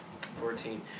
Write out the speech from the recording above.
Fourteen